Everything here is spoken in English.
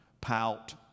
pout